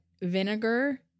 vinegar